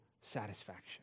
satisfaction